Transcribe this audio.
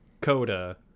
Coda